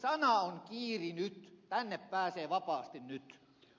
sana on kiirinyt tänne pääsee vapaasti nyt